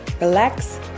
relax